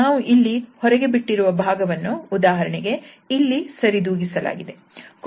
ನಾವು ಇಲ್ಲಿ ಹೊರಗೆ ಬಿಟ್ಟಿರುವ ಭಾಗವನ್ನು ಉದಾಹರಣೆಗೆ ಇಲ್ಲಿ ಸರಿದೂಗಿಸಲಾಗಿದೆ